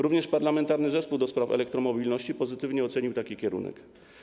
Również Parlamentarny Zespół ds. Elektromobilności pozytywnie ocenił taki kierunek.